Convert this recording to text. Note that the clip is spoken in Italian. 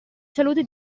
salute